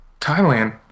Thailand